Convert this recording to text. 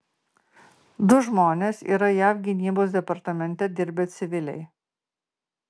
du žmonės yra jav gynybos departamente dirbę civiliai